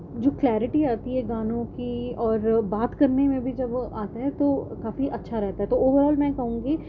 جو کلیرٹی آتی ہے گانوں کی اور بات کرنے میں بھی جب آتا ہے تو کافی اچھا رہتا ہے تو اوور آل میں کہوں گی